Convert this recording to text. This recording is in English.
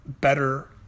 better